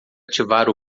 ativar